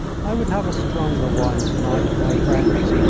i would have a stronger wine to-night, my friends,